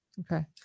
Okay